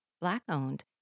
black-owned